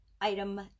item